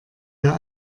der